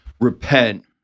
repent